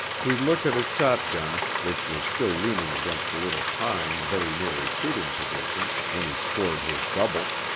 he looked at his shotgun, which was still leaning against the little pine very near his shooting position when he scored his double.